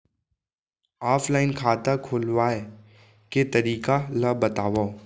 Offline खाता खोलवाय के तरीका ल बतावव?